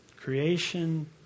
Creation